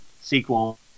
sequel